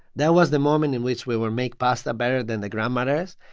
that was the moment in which we would make pasta better than the grandmothers.